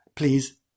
Please